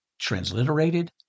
transliterated